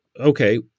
okay